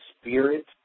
spirit